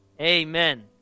Amen